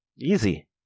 Easy